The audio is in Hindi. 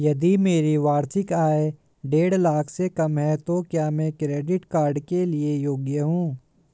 यदि मेरी वार्षिक आय देढ़ लाख से कम है तो क्या मैं क्रेडिट कार्ड के लिए योग्य हूँ?